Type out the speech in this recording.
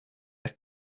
have